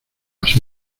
las